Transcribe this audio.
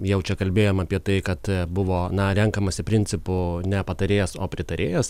jau čia kalbėjom apie tai kad buvo na renkamasi principu ne patarėjas o pritarėjus